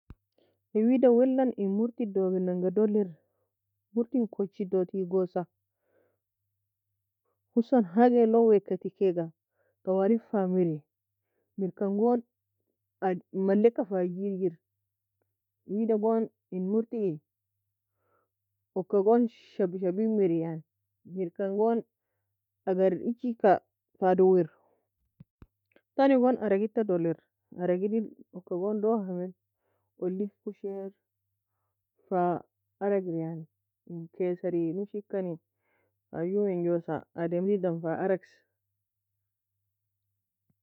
Ay wida welan in murti dowginaga dollir, murtin kochedu tegossa, husan hage log weka tikkaga tawali famire, mirkan gon ad maleka fa jirgr. Wida gon in murti oka gon shabi shabi mri yani, mir kan gon agar echika fa duwir. Tani gon aregitta dollir, aregideil oka gon douhea meil, oiliega fa ushir, fa aregri yani, in keserilon ushikanie fa ju menjosa ademrei dan fa aragse.